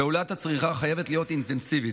פעולת הצריכה חייבת להיות אינטנסיבית,